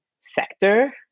sector